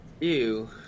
Ew